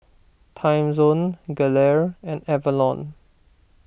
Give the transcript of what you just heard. Timezone Gelare and Avalon